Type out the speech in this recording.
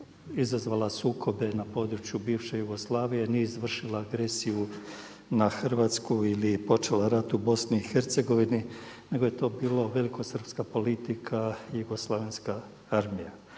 izazvala sukobe na području bivše Jugoslavije, nije izvršila agresiju na Hrvatsku ili počela rat u BiH nego je to bila velikosrpska politika i JNA.